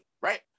right